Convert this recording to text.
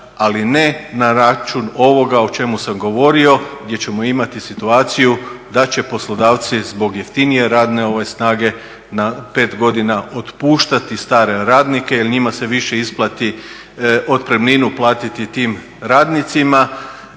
ali ne na račun ovoga o čemu sam govorio gdje ćemo imati situaciju da će poslodavci zbog jeftinije radne snage na pet godina otpuštati stare radnike jel njima se više isplati otpremninu platiti tim radnicima